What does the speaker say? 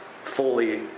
fully